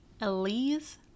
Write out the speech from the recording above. Elise